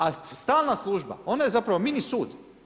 A stalna služba, ona je zapravo mini sud.